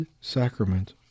sacrament